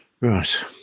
right